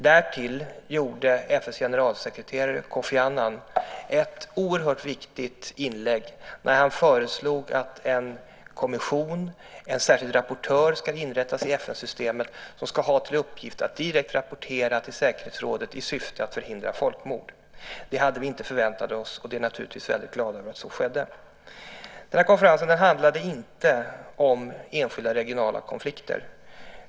Därtill gjorde FN:s generalsekreterare, Kofi Annan, ett oerhört viktigt inlägg när han föreslog att en kommission, en särskild rapportör, ska inrättas i FN-systemet och ha till uppgift att direkt rapportera till säkerhetsrådet i syfte att förhindra folkmord. Det hade vi inte förväntat oss, och vi är naturligtvis väldigt glada över det som skedde. Den här konferensen handlade inte om enskilda regionala konflikter.